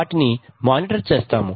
వాటిని మానిటర్ చేస్తాము